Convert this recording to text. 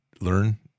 learn